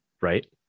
right